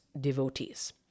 devotees